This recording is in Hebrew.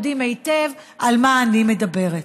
יודעים היטב על מה אני מדברת.